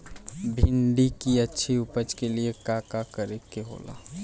भिंडी की अच्छी उपज के लिए का का करे के होला?